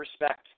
respect